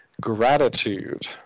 gratitude